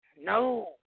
No